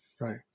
Right